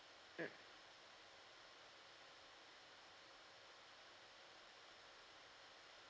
mm